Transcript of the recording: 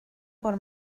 por